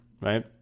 right